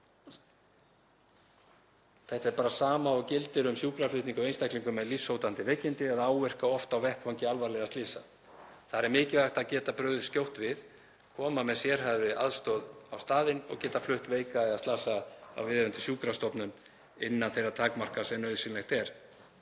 Þetta er bara sama og gildir um sjúkraflutninga á einstaklingum með lífshættuleg veikindi eða áverka, oft af vettvangi alvarlegra slysa. Þar er mikilvægt að geta brugðist skjótt við, koma með sérhæfða aðstoð á staðinn og geta flutt veika eða slasaða á viðeigandi sjúkrastofnun innan þeirra takmarka sem nauðsynlegt er.